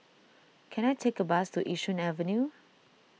can I take a bus to Yishun Avenue